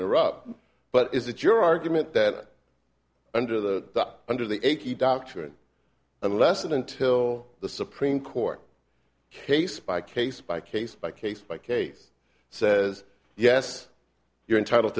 interrupt but is it your argument that under the under the ag doctrine unless and until the supreme court case by case by case by case by case says yes you're entitled